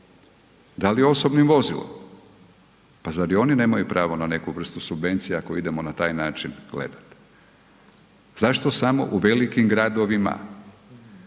da li osobnim vozilom, pa zar i oni nemaju pravo na neku vrstu subvencija ako idemo na taj način gledati? Zašto samo u velikim gradovima?